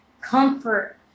comfort